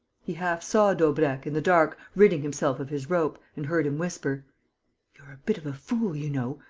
he half-saw daubrecq, in the dark, ridding himself of his rope, and heard him whisper you're a bit of a fool, you know.